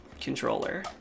controller